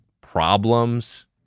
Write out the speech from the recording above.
Problems